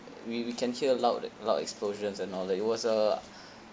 we we can hear loud loud explosions and all that it was a